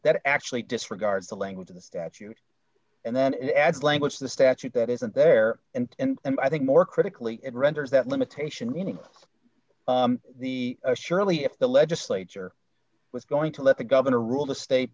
that actually disregards the language of the statute and then adds language of the statute that isn't there and i think more critically it renders that limitation meaning the surely if the legislature was going to let the governor rule the state